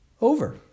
over